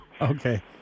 Okay